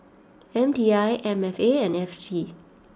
M T I M F A and F T